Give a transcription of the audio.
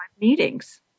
meetings